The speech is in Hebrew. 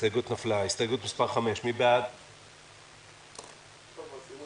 הצבעה בעד ההסתייגות מיעוט